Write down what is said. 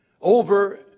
Over